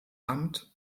amt